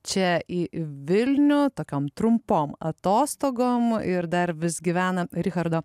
čia į vilnių tokiom trumpom atostogom ir dar vis gyvena richardo